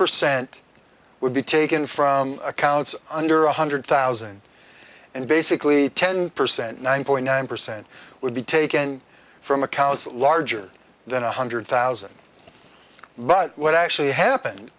percent would be taken from accounts under one hundred thousand and basically ten percent nine point nine percent would be taken from accounts larger than one hundred thousand but what actually happened